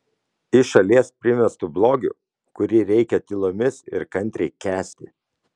iš šalies primestu blogiu kurį reikia tylomis ir kantriai kęsti